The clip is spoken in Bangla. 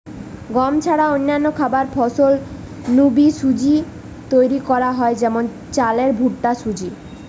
গম ছাড়া অন্যান্য খাবার ফসল নু বি সুজি তৈরি করা হয় যেমন চালের ভুট্টার সুজি